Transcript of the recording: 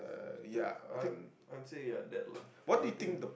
to I I would say ya that lah I would think